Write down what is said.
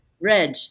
Reg